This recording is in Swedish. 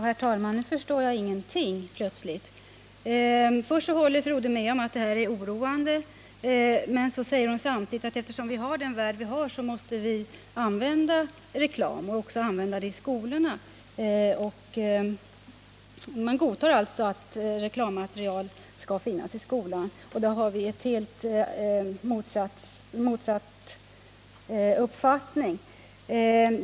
Herr talman! Nu förstår jag plötsligt ingenting. Först håller fru Rodhe med om att detta är oroande men säger sedan att eftersom vi har den värld vi har måste vi använda reklam, även i skolorna. Hon godtar alltså att reklammaterial finns i skolan, och då har vi helt motsatt uppfattning.